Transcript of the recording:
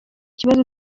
kibazo